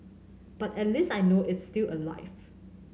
but at least I know is still alive